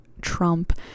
Trump